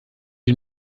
die